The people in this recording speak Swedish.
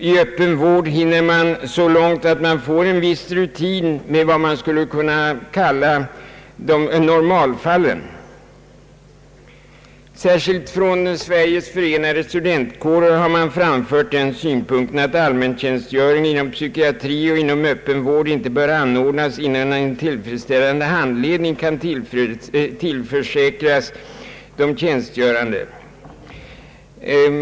I öppen vård hinner man på sex månader så långt att man får en viss rutin med vad man skulle kunna kalla normalfallen. Särskilt från Sveriges förenade studentkårer har framförts den synpunkten att allmäntjänstgöring inom psykiatri och öppen vård inte bör anordnas förrän tillfredsställande handledning kan tillförsäkras de tjänstgörande.